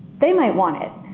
they might want it.